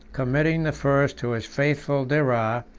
committing the first to his faithful derar,